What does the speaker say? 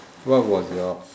what was your